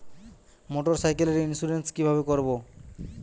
মোটরসাইকেলের ইন্সুরেন্স কিভাবে করব?